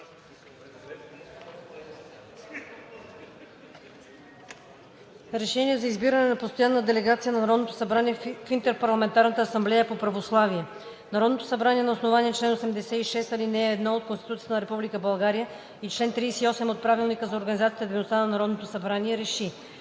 РЕШЕНИЕ за избиране на постоянна делегация на Народното събрание в Интерпарламентарната асамблея по православие Народното събрание на основание чл. 86, ал. 1 от Конституцията на Република България и чл. 38 от Правилника за организацията и дейността на Народното събрание РЕШИ: